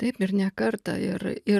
taip ir ne kartą ir ir